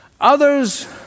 Others